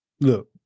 look